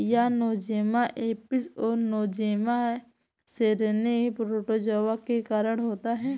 यह Nosema apis और Nosema ceranae protozoa के कारण होता है